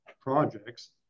projects